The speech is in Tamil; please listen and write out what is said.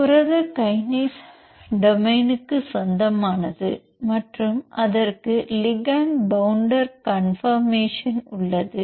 புரத கினேஸ் டொமைன் ற்கு சொந்தமானது மற்றும் அதற்கு லிகண்ட் பவுண்டர் கான்பர்மேஷன் உள்ளது